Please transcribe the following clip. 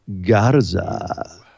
Garza